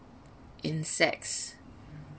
insects